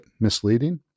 misleading